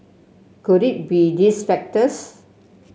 could it be these factors